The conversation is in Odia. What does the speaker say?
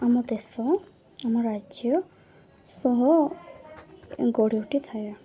ଆମ ଦେଶ ଆମ ରାଜ୍ୟ ସହ ଗଢ଼ି ଉଠିଥାଏ